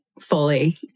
fully